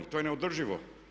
To je neodrživo?